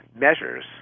measures